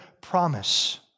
promise